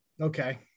okay